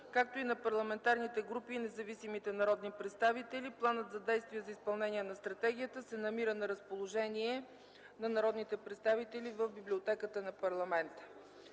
както и на парламентарните групи и независимите народни представители. Планът за действие за изпълнение на стратегията се намира на разположение на народните представители в Библиотеката на парламента.